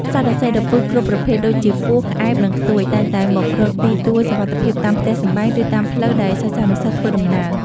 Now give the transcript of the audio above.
សត្វអាសិរពិសគ្រប់ប្រភេទដូចជាពស់ ក្អែប និង ខ្ទួយតែងតែមករកទីទួលសុវត្ថិភាពតាមផ្ទះសម្បែង ឬតាមផ្លូវដែលសិស្សានុសិស្សធ្វើដំណើរ។